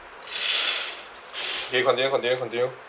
you continue continue continue